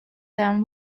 them